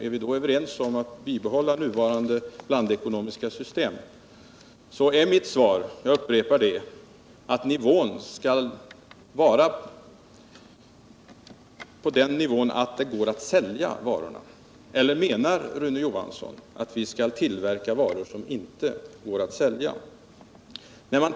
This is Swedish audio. Är vi då överens om att bibehålla nuvarande blandekonomiska system? När det gäller Rune Johanssons fråga till mig, så är mitt svar — jag upprepar det: Vi skall ha en sådan nivå att det går att sälja varorna. Eller menar Rune Johansson att vi skall tillverka varor som inte går att sälja?